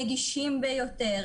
נגישים ביותר